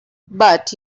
but